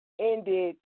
ended